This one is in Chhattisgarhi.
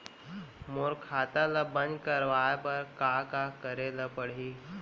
मोर खाता ल बन्द कराये बर का का करे ल पड़ही?